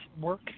work